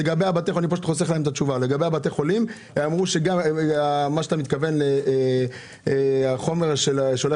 לגבי בתי החולים מה שאתה מתכוון לחומר שהולך